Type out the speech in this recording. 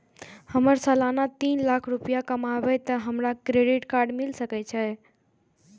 हमर सालाना तीन लाख रुपए कमाबे ते हमरा क्रेडिट कार्ड मिल सके छे?